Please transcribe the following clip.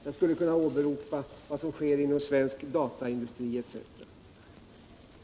Jag skulle också kunna åberopa vad som sker inom svensk dataindustri etc.